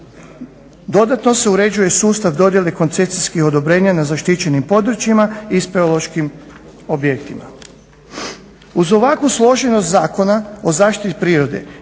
Dodatno se uređuje i sustav dodjele koncesijskih odobrenja na zaštićenim područjima i speleološkim objektima. Uz ovakvu složenost Zakona o zaštiti prirode